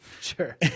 Sure